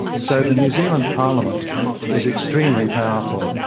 so the new zealand parliament is extremely powerful,